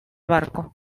barco